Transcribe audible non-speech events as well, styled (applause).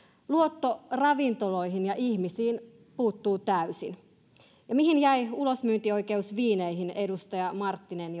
luotto ravintoloihin ja ihmisiin puuttuu täysin mihin jäivät ulosmyyntioikeus viineihin edustaja marttinen (unintelligible)